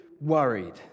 worried